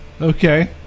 okay